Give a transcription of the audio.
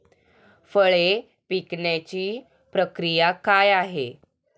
फळे पिकण्याची प्रक्रिया काय आहे?